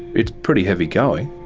it's pretty heavy going.